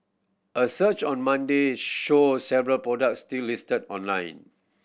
a search on Monday showed several products still listed online